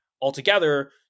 altogether